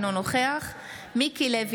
אינו נוכח מיקי לוי,